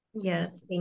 yes